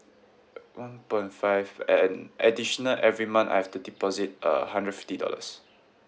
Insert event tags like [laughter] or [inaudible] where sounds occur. [noise] one point five and additional every month I have to deposit uh hundred fifty dollars